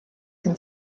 can